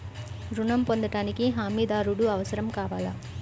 ఋణం పొందటానికి హమీదారుడు అవసరం కావాలా?